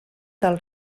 del